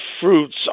fruits